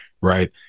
Right